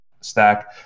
stack